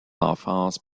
enfance